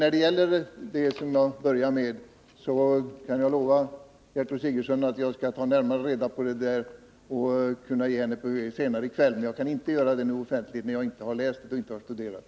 När det gäller Gertrud Sigurdsens fråga kan jag lova henne att jag skall ta närmare reda på saken för att ge ett besked senare i kväll. Men jag kan inte göra det nu offentligt, när jag inte har läst och studerat dokumentet.